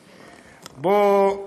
בואו,